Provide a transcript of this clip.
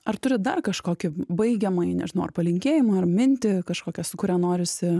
ar turi dar kažkokį baigiamąjį nežinau ar palinkėjimą ar mintį kažkokią su kuria norisi